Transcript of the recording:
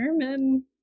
German